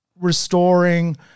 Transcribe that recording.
restoring